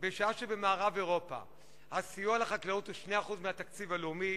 בשעה שבמערב-אירופה הסיוע לחקלאות הוא 2% מהתקציב הלאומי,